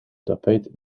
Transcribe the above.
tapijt